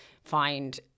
find